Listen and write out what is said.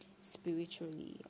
spiritually